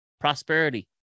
prosperity